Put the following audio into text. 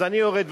אז אני יורד.